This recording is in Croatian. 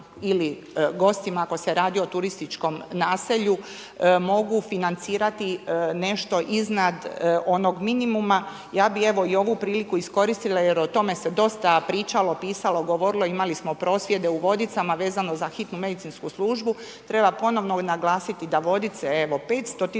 ili gostima ako se radi o turističkom naselju mogu financirati nešto iznad onog minimuma, ja bih evo i ovu priliku iskoristila jer o tome se dosta pričalo, pisalo, govorilo, imali smo prosvjede u Vodicama vezano za hitnu medicinsku službu, treba ponovno naglasiti da Vodice evo, 500